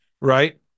right